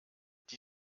die